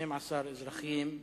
12 אזרחים,